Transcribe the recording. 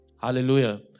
Hallelujah